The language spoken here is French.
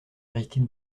aristide